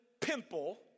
pimple